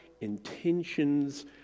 intentions